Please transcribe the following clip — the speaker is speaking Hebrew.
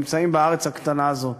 נמצאים בארץ הקטנה הזאת.